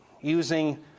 using